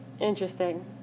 Interesting